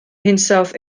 hinsawdd